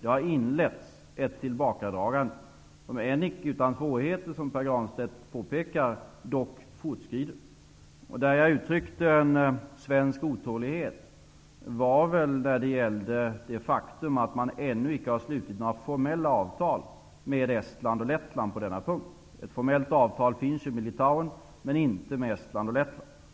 Det har inletts ett tillbakadragande, som fortskrider, om än icke utan svårigheter, som Pär Granstedt påpekar. Jag uttryckte en svensk otålighet när det gällde det faktum att man ännu icke har slutit några formella avtal med Estland och Lettland på denna punkt. Ett formellt avtal finns med Litauen. Sådana